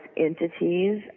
entities